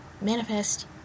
manifest